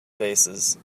faces